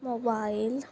mobile